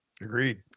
Agreed